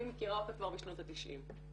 אני מכירה אותה כבר משנות ה-90.